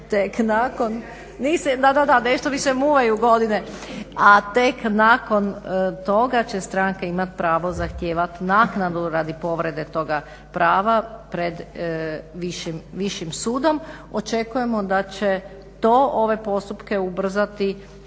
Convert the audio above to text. tek nakon toga će stranke imati pravo zahtijevati naknadu radi povrede toga prava pred višim sudom. Očekujemo da će to ove postupke ubrzati